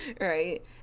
Right